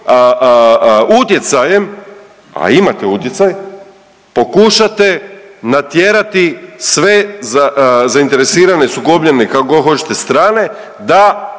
utjecajem, a imate utjecaj, pokušate natjerati sve zainteresirane, sukobljene, kako god hoćete, strane, da